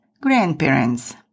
grandparents